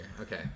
Okay